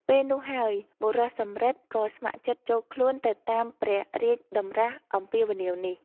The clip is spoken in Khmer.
ពេលនោះហើយ បុរសសំរិទ្ធ ក៏ស្ម័គ្រចិត្តចូលខ្លួនទៅតាមព្រះរាជតម្រាស់អំពាវនាវនេះ ។